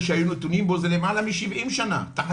מעכשיו נציגי ממשלה שיגיעו אך ורק פיזית לדיון.